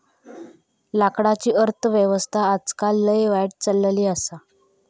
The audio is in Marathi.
लाकडाची अर्थ व्यवस्था आजकाल लय वाईट चलली आसा